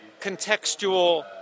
contextual